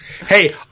Hey